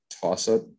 toss-up